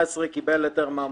עד שנת 2017 קיבל היתר מהמועצה.